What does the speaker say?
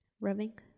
rubbing